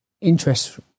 interest